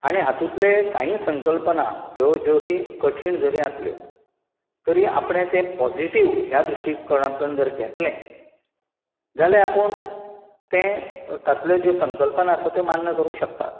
आनी हातूंतले कांही संकल्पना ह्यो जरी कठीण जरी आसल्यो तरी आपणें तें पाॅझीटीव ह्या दृष्टीकोणांतल्यान जर घेतलें जाल्यार आपूण तें तातूंतल्यो ज्यो संकल्पना आसा त्यो मान्य करूंक शकता